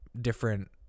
different